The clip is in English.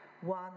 one